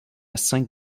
cinq